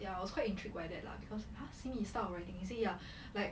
ya I was quite intrigued by that lah because !huh! since he starts writing he say ya like